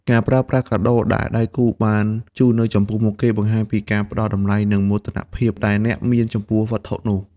ការប្រើប្រាស់កាដូដែលដៃគូបានជូននៅចំពោះមុខគេ បង្ហាញពីការផ្ដល់តម្លៃ និងមោទនភាពដែលអ្នកមានចំពោះវត្ថុនោះ។